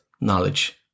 knowledge